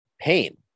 pain